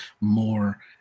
more